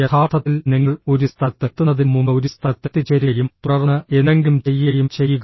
യഥാർത്ഥത്തിൽ നിങ്ങൾ ഒരു സ്ഥലത്ത് എത്തുന്നതിനുമുമ്പ് ഒരു സ്ഥലത്ത് എത്തിച്ചേരുകയും തുടർന്ന് എന്തെങ്കിലും ചെയ്യുകയും ചെയ്യുക